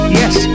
yes